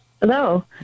Hello